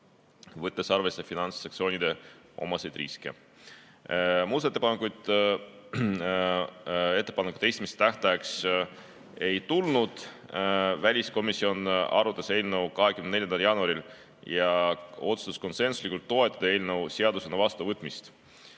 võttes arvesse finantssektsioonidele omaseid riske. Muudatusettepanekuid ettepanekute esitamise tähtajaks ei tulnud. Väliskomisjon arutas eelnõu 24. jaanuaril ja otsustas konsensuslikult toetada eelnõu seadusena vastuvõtmist.